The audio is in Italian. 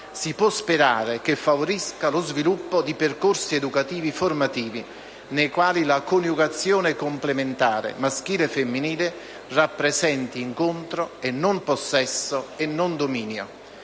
si può sperare che favorisca lo sviluppo di percorsi educativo-formativi, nei quali la coniugazione complementare maschile-femminile rappresenti incontro e non possesso, e non dominio.